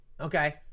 Okay